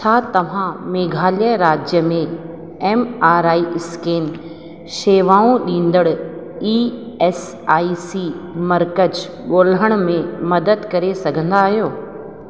छा तव्हां मेघालय राज्य में एमआरआई स्कैन शेवाऊं ॾींदड़ ई एस आई सी मर्कज़ु ॻोल्हण में मदद करे सघंदा आहियो